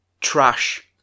trash